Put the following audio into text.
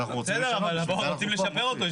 אבל אנחנו רוצים לשפר אותו.